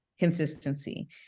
Consistency